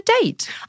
date